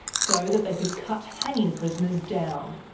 so that they could cut hanging prisoners down.